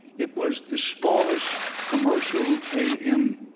it was the smallest commercial a m.